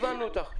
הבנו אותך.